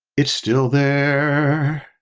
it's still there.